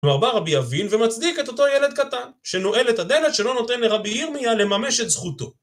כלומר בא רבי אבין ומצדיק את אותו ילד קטן שנועל את הדלת שלא נותן לרבי ירמיה לממש את זכותו